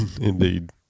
Indeed